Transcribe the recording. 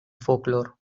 folklore